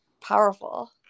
powerful